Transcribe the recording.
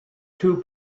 two